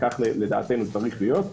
וכך לדעתנו צריך להיות,